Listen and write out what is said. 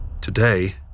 Today